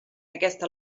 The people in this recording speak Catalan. aquesta